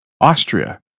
Austria